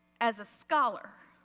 as a scholar,